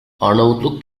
arnavutluk